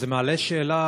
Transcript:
אז זה מעלה שאלה: